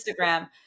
Instagram